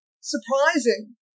surprising